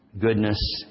goodness